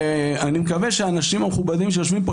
אני מקווה שהאנשים המכובדים שיושבים פה